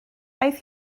aeth